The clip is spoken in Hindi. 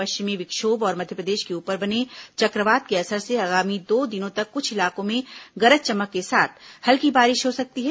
पश्चिमी विक्षोभ और मध्यप्रदेश के ऊपर बने चक्रवात के असर से आगामी दो दिनों तक कुछ इलाकों में गरज चमक के साथ हल्की बारिश हो सकती है